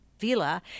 Vila